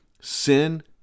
sin